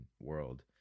world